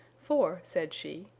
for, said she,